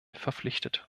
verpflichtet